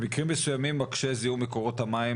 במקרים מסוימים מקשה זיהום מקורות המים